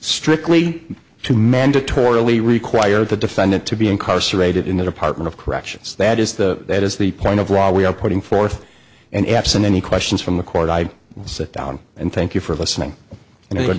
strictly to mandatorily require the defendant to be incarcerated in the department of corrections that is the that is the point of law we are putting forth and absent any questions from the court i sit down and thank you for listening and